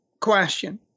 question